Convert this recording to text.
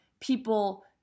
people